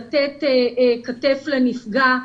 לתת כתף לנפגע.